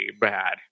bad